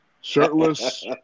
shirtless